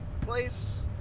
place